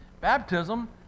Baptism